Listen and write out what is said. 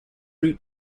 route